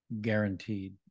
guaranteed